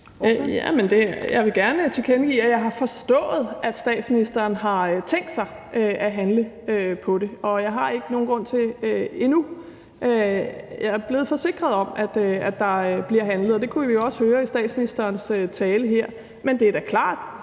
jeg vil gerne tilkendegive, at jeg har forstået, at statsministeren har tænkt sig at handle på det. Jeg er blevet forsikret om, at der bliver handlet, og det kunne vi jo også høre i statsministerens tale her. Men det er da klart,